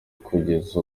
kugera